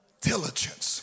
diligence